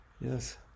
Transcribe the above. yes